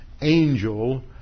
angel